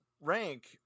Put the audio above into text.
rank